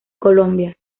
colombia